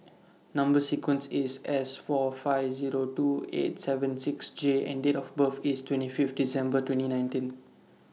Number sequence IS S four five Zero two eight seven six J and Date of birth IS twenty Fifth December twenty nineteen